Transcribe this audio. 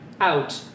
out